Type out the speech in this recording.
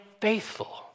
faithful